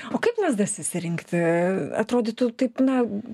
o kaip lazdas išsirinkti atrodytų taip na